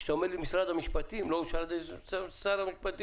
וכשאתה אומר לי שזה לא אושר על ידי משרד המשפטים,